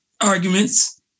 arguments